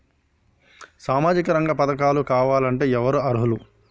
సామాజిక రంగ పథకాలు కావాలంటే ఎవరు అర్హులు?